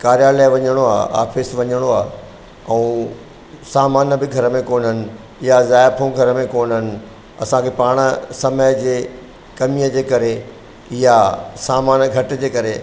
कार्यालय वञिणो आहे ऑफिस वञिणो आहे ऐं सामान बि घर में कोन आहिनि या ज़ाइफूं घर में कोन आहिनि असांखे पाण समय जे कमीअ जे करे या सामान घटि जे करे